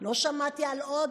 לא שמעתי על עוד